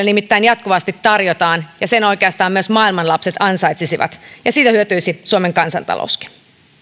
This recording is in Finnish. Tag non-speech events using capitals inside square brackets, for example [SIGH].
[UNINTELLIGIBLE] nimittäin jatkuvasti tarjotaan ja sen oikeastaan myös maailman lapset ansaitsisivat ja siitä hyötyisi suomen kansantalouskin